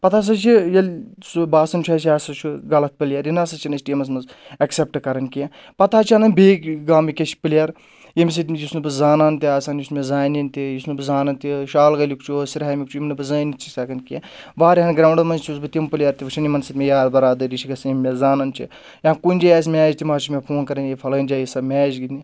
پَتہٕ ہَسا چھِ ییٚلہِ سُہ باسان چھُ اَسہِ یہِ ہَسا چھُ غلط پٕلیر یہِ نَسا چھِنہٕ أسۍ ٹیٖمَس منٛز ایٚکسیٚپٹ کَرَان کینٛہہ پَتہٕ حظ چھِ اَنَان بیٚیہِ گامک پٕلیر ییٚمہِ سۭتۍ یُس نہٕ بہٕ زانان تہِ آسان یُس مےٚ زانن تہِ یُس نہٕ بہٕ زانان تہِ شال گُک چھُ سرہامُک چھُ یِم نہٕ بہٕ زٲنِتھ چھُ ہؠکان کینٛہہ واریاہَن گرٛاوُنٛڈَن منٛز چھُس بہٕ تِم پٕلیر تہِ وٕچھَان یِمَن سۭتۍ مےٚ یاد بَرادری چھِ گژھان یِم مےٚ زانان چھِ یا کُنہِ جایہِ آسہِ میچ تِم حظ چھِ مےٚ فون کَرٕنۍ ییٚلہِ پھلٲنۍ جایہِ ساتہٕ میچ گِنٛدنہِ